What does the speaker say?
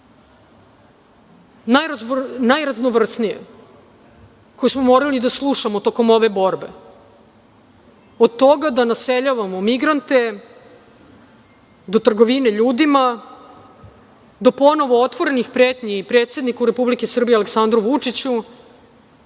najraznovrsnije koje smo morali da slušamo tokom ove borbe, od toga da naseljavamo migrant do trgovine ljudima, do ponovo otvorenih pretnji i predsedniku Republike Srbije Aleksandru Vučiću